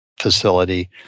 facility